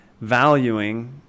valuing